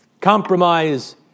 Compromise